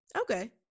Okay